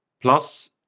Plus